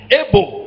able